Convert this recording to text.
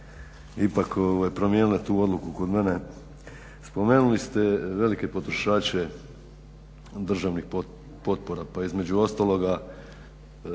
ipak promijenile tu odluku kod mene. Spomenuli ste velike potrošače državnih potpora pa između ostaloga